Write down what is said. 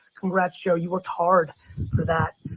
congrats joe. you worked hard for that.